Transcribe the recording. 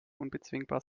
unbezwingbar